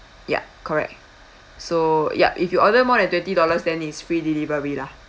ya correct so ya if you order more than twenty dollars then it's free delivery lah